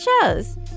shows